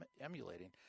emulating